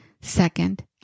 Second